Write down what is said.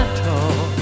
talk